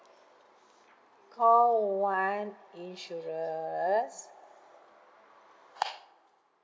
call one insurance